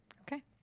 Okay